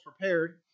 prepared